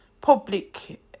public